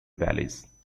valleys